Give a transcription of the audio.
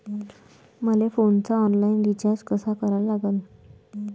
मले फोनचा online recharge कसा करा लागन?